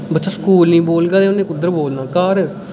बच्चा स्कूल नेईं बोलगा तां उन्नै कुद्धर बोलना घर